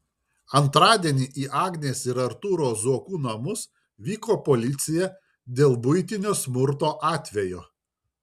antradienį į agnės ir artūro zuokų namus vyko policija dėl buitinio smurto atvejo